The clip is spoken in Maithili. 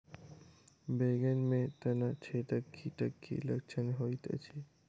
बैंगन मे तना छेदक कीटक की लक्षण होइत अछि?